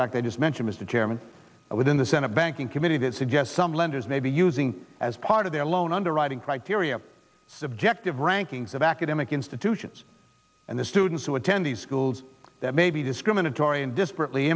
fact it is mention mr chairman within the senate banking committee that suggest some lenders may be using as part of their loan underwriting criteria subjective rankings of academic institutions and the students who attend these schools that may be discriminatory and disparate